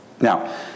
Now